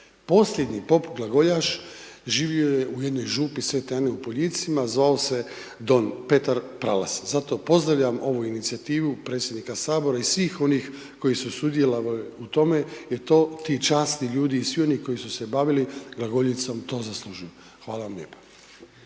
Posljednji pop glagoljaš živio je u jednoj župi Svete Ane u Poljicima, zvao se Don Petar Pralas, zato pozdravljam ovu inicijativu predsjednika Sabora i svih onih koji su sudjelovali u tome, jer to, ti časni ljudi i svi oni koji su se bavili glagoljicom, to zaslužuju. Hvala vam lijepa.